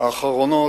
האחרונות